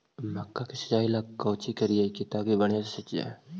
मक्का के सिंचाई ला कोची से करिए ताकी बढ़िया से सींच जाय?